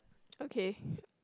okay